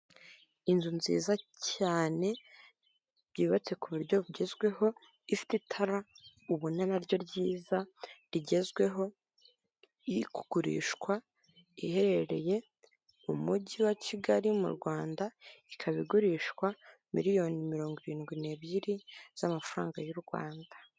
Inzu nziza cyane yubatse ku buryo bugezweho, ifite itara ubona naryo ryiza rigezweho, iri kugurishwa iherereye mu mujyi wa Kigali mu Rwanda ikaba igurishwa miliyoni mirongo irindwi n'ebyiri z'amafaranga y'u Rwanda.